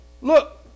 Look